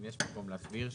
אם יש מקום להסביר,